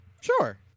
Sure